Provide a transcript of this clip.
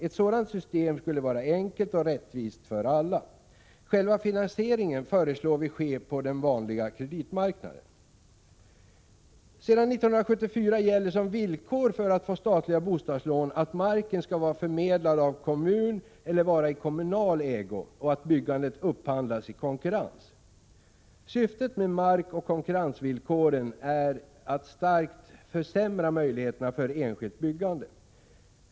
Ett sådant system skulle vara enkelt och rättvist för alla. Vi föreslår att själva finansieringen skall ske på den vanliga kreditmarknaden. Sedan 1974 gäller som villkor för statliga bostadslån att marken skall vara förmedlad av kommun eller vara i kommunal ägo och att byggandet upphandlas i konkurrens. Syftet med markoch konkurrensvillkoren är att starkt försämra möjligheterna för enskilt byggande.